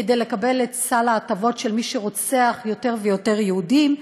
כדי לקבל את סל ההטבות של מי שרוצח יותר ויותר יהודים.